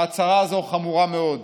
ההצהרה הזאת חמורה מאוד.